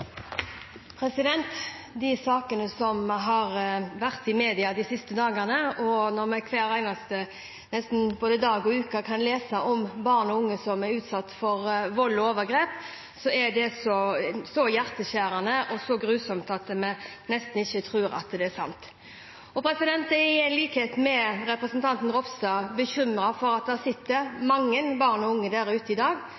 de sakene som har vært i media de siste dagene, og når vi nesten hver dag og i ukesvis kan lese om barn og unge som er utsatt for vold og overgrep, vil jeg si at det er så hjerteskjærende og så grusomt at vi nesten ikke tror at det er sant. Jeg er, i likhet med representanten Ropstad, bekymret for at det sitter mange barn og unge der